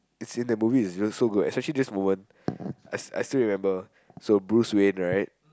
it's in the movie is also good especially this woman I I still remember so Bruce-Wayne right